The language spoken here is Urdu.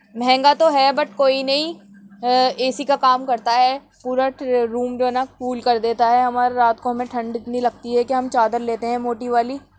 مہنگا تو ہے بٹ کوئی نہیں اے سی کا کام کرتا ہے پورا روم جو ہے نا کول کردیتا ہے ہمارا رات کو ہمیں ٹھنڈ اتنی لگتی ہے کہ ہم چادر لیتے ہیں موٹی والی